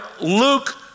Luke